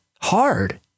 hard